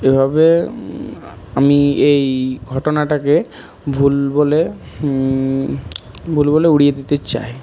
এভাবে আমি এই ঘটনাটাকে ভুল বলে ভুল বলে উড়িয়ে দিতে চাই